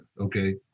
okay